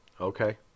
Okay